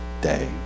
day